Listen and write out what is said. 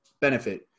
benefit